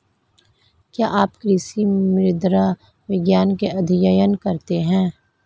क्या आप कृषि मृदा विज्ञान का अध्ययन करते हैं?